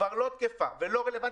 ולא רלוונטית,